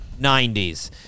90s